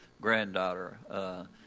granddaughter